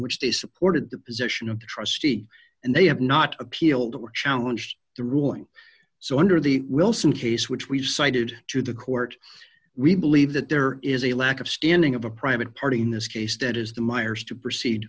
which they supported the position of the trustee and they have not appealed or challenged the ruling so under the wilson case which we've cited to the court we believe that there is a lack of standing of a private party in this case that is the meiers to proceed